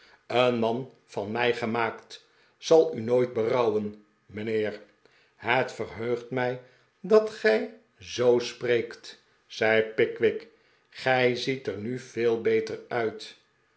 een man van mij gemaakt zal u nooit berouwen mijnheer het verheugt mij dat gij zoo spreekt zei pickwick gij ziet er nu veel beter uit